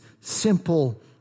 simple